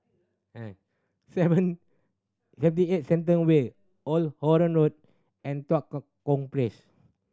seven Seventy Eight Shenton Way Old Holland Road and Tua Kong Place